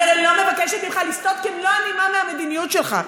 אני הרי לא מבקשת ממך לסטות כמלוא הנימה מהמדיניות שלך,